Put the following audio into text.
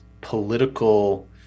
political